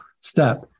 step